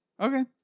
Okay